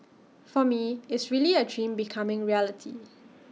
for me is really A dream becoming reality